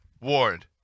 ward